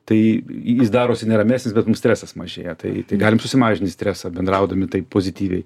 tai jis darosi neramesnis bet mūsų stresas mažėja tai galim susimažinti stresą bendraudami taip pozityviai